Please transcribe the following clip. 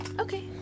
Okay